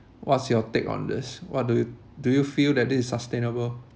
what's your take on this what do you do you feel that this is sustainable